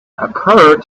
occur